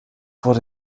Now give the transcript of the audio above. wurde